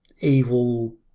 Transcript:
evil